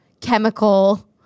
chemical